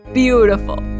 beautiful